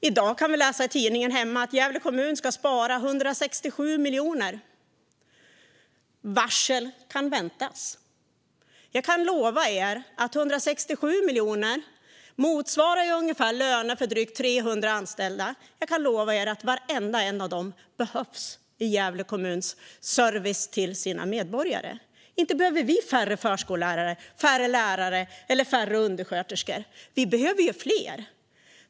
I dag kan jag läsa i tidningen hemma att Gävle kommun ska spara 167 miljoner och att varsel kan väntas. 167 miljoner motsvarar ungefär lönerna för drygt 300 anställda. Jag kan lova er att varenda en av dem behövs i Gävle kommuns service till sina medborgare. Inte behövs det färre förskollärare, färre lärare eller färre undersköterskor, utan det behövs fler.